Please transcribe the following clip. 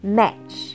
Match